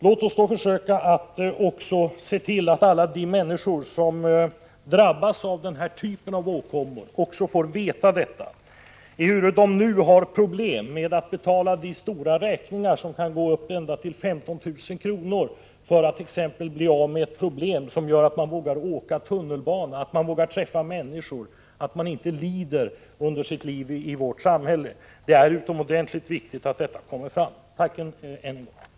Låt oss försöka se till att alla de människor som drabbas av denna typ av åkommor också får veta att den möjligheten finns. De har nu stora bekymmer med att betala räkningarna — det kan röra sig om belopp ända upp till 15 000 kr. — för att bli — Prot. 1985/86:27 av med ett problem som medför att de inte vågar åka tunnelbana, inte vågar — 14 november 1985 träffa människor osv. Det är utomordentligt viktigt att informationen når EE EE där Om ideella föreningars Tack än en gång för svaret.